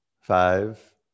Five